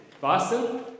Boston